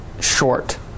short